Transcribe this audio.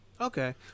Okay